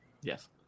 Yes